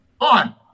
on